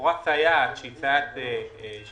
לכאורה סייעת היא לא סייעת ותיקה,